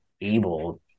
able